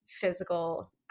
physical